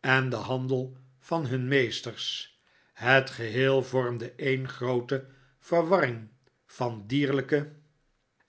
en den handel van hun meesters het geheel vormde een groote verwarring van dierlijke